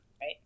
Right